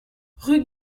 rue